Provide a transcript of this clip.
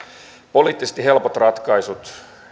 poliittisesti helpot ratkaisut